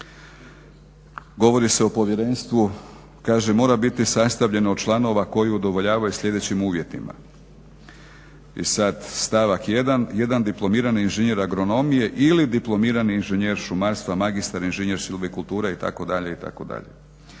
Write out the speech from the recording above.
govori se o povjerenstvu, kaže mora biti sastavljeno od članova koji udovoljavaju sljedećim uvjetima. I sad stavak 1., jedan diplomirani inženjer agronomije ili diplomirani inženjer šumarstva, magistar inženjer … kulture itd. itd.